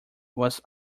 was